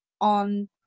on